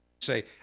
say